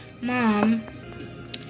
Mom